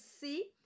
see